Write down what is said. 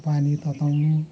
पानी तताउनु